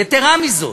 יתרה מזאת,